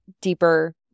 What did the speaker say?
deeper